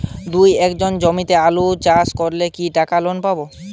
দুই একর জমিতে আলু চাষ করলে কি টাকা লোন পাবো?